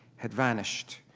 had vanished.